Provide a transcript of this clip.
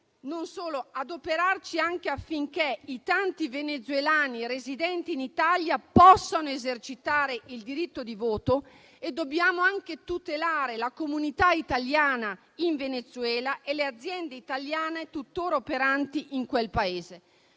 ma anche adoperarci affinché i tanti venezuelani residenti in Italia possano esercitare il diritto di voto. E dobbiamo anche tutelare la comunità italiana in Venezuela e le aziende italiane tuttora operanti in quel Paese.